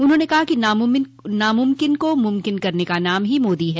उन्होंने कहा कि नामुमकिन को मुमकिन करने का नाम ही मोदी है